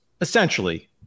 essentially